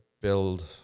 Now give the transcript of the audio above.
build